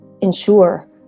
ensure